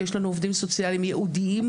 יש לנו עובדים סוציאליים ייעודיים,